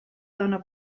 dóna